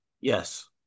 Yes